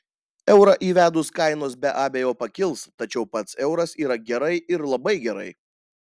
eurą įvedus kainos be abejo pakils tačiau pats euras yra gerai ir labai gerai